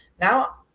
Now